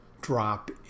drop